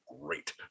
great